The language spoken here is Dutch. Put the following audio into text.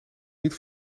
niet